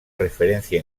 referencia